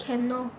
can lor